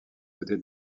doter